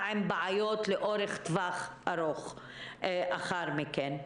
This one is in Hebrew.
עם בעיות לטווח ארוך יותר לאחר מכן.